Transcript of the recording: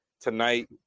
tonight